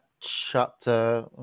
chapter